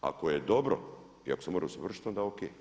Ako je dobro i ako se more usavršiti onda o.k.